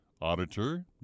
Auditor